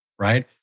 right